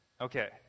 Okay